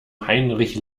heinrich